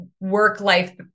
work-life